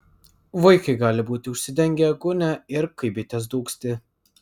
vaikai gali būti užsidengę gūnia ir kaip bitės dūgzti